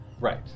Right